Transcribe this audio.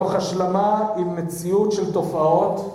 תוך השלמה עם מציאות של תופעות